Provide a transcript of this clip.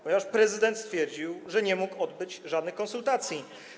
Ponieważ prezydent stwierdził, że nie mógł odbyć żadnych konsultacji.